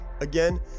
again